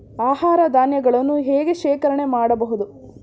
ಆಹಾರ ಧಾನ್ಯಗಳನ್ನು ಹೇಗೆ ಶೇಖರಣೆ ಮಾಡಬಹುದು?